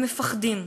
הם מפחדים,